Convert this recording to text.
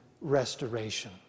restoration